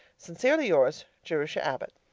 sincerely yours, jerusha abbott